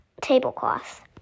tablecloth